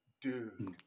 dude